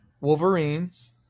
Wolverines